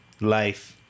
life